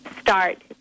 start